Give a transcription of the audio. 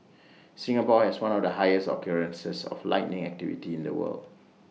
Singapore has one of the highest occurrences of lightning activity in the world